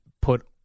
put